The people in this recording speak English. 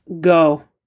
go